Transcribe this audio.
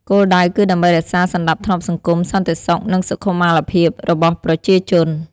គោលដៅគឺដើម្បីរក្សាសណ្ដាប់ធ្នាប់សង្គម សន្តិសុខ និងសុខុមាលភាពរបស់ប្រជាជន។